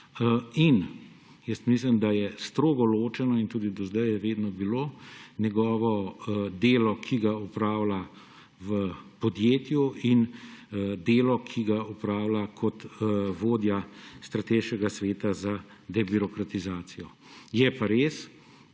ima. Mislim, da je strogo ločeno, in tudi do zdaj je vedno bilo, njegovo delo, ki ga opravlja v podjetju, in delo, ki ga opravlja kot vodja Strateškega sveta za debirokratizacijo. Je pa res,